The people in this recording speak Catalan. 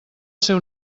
seu